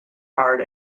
hard